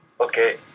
Okay